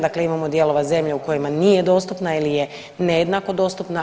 Dakle, imamo dijelova zemlje u kojima nije dostupna ili je nejednako dostupna.